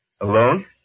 Alone